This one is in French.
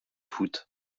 foot